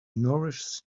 nourish